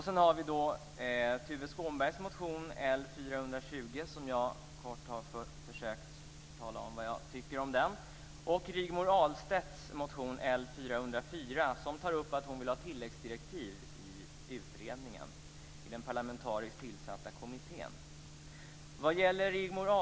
Sedan har vi Tuve Skånbergs motion L420 - och jag har kortfattat försökt tala om vad jag tycker om den - och Rigmor Ahlstedts motion L404, där hon tar upp att hon vill att utredningen, den parlamentariskt tillsatta kommittén, ska ha tilläggsdirektiv.